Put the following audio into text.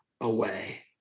away